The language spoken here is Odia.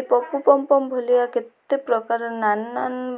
ଏ ପପୁ ପମ୍ପମ୍ ଭଲଆ କେତେ ପ୍ରକାରର